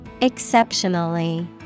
Exceptionally